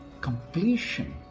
completion